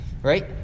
Right